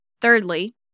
Thirdly